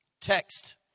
Text